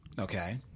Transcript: Okay